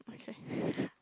okay